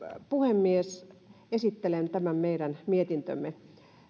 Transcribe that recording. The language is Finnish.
puhemies esittelen tämän meidän mietintömme